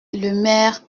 lemaire